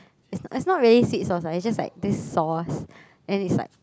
it's it's not really sweet sauce ah it's just like this sauce then it's like